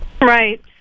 Right